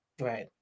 Right